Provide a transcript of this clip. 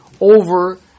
over